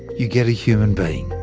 you get a human being.